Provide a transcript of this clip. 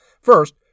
First